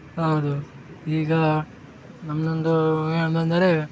ಹೌದು ಈಗ ನಮ್ಮದೊಂದು ಏನೆಂದರೆ